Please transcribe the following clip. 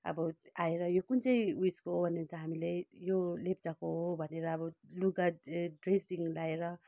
अब आएर यो कुन चाहिँ उयसको हो भनेर त हामीले यो लेप्चाको हो भनेर अब लुगा ड्रेस दिनु लगाएर